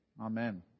Amen